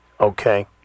Okay